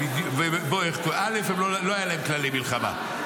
לא היו להם כללי מלחמה.